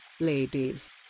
Ladies